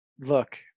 look